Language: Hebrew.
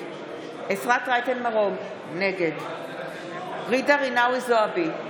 אפרת רייטן מרום, נגד ג'ידא רינאוי זועבי,